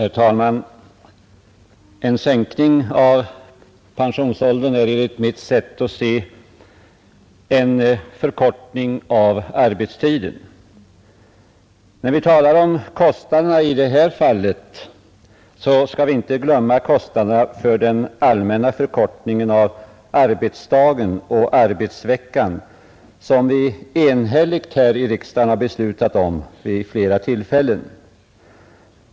Herr talman! En sänkning av pensionsåldern är enligt mitt sätt att se en förkortning av arbetstiden. När vi talar om kostnaderna i detta fall skall vi inte glömma kostnaderna för den allmänna förkortningen av arbetsdagen och arbetsveckan, som vi enhälligt här i riksdagen har Nr 44 beslutat om vid flera tillfällen.